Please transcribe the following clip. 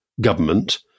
government –